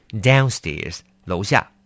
downstairs,楼下。